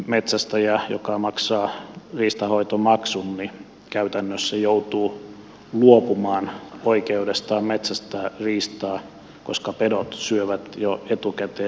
metsästäjä joka maksaa riistanhoitomaksun käytännössä joutuu luopumaan oikeudestaan metsästää riistaa koska pedot syövät jo etukäteen riistan